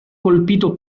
colpito